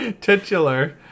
Titular